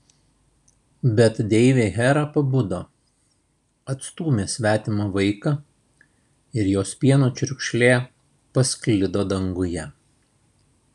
bet deivė hera pabudo atstūmė svetimą vaiką ir jos pieno čiurkšlė pasklido danguje